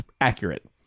accurate